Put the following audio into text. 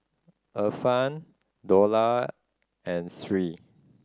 Irfan Dollah and Sri